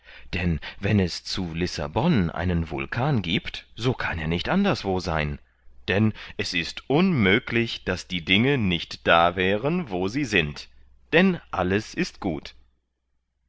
denn wenn es zu lissabon einen vulkan giebt so kann er nicht anderswo sein denn es ist unmöglich daß die dinge nicht da wären wo sie sind denn alles ist gut